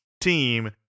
team